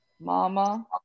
mama